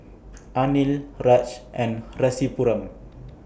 Anil Raj and Rasipuram